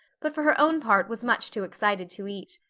but for her own part was much too excited to eat.